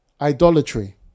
idolatry